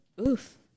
Oof